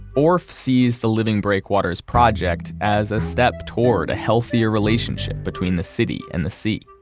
orff sees the living breakwaters project as a step toward a healthier relationship between the city and the sea.